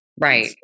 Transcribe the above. Right